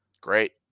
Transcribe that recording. great